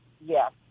yes